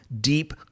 deep